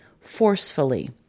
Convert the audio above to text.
forcefully